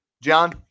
John